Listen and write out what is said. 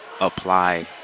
apply